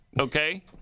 okay